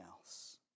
else